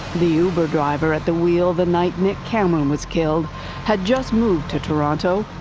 the uber driver at the wheel the night nick cameron was killed had just moved to toronto.